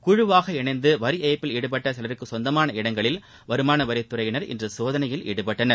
குழுவாக இணைந்து வரி ஏப்ப்பில் ஈடுபட்ட சிலருக்கு சொந்தமான இடங்களில் வருமான வரித்துறையினர் இன்று சோதனையில் ஈடுபட்டனர்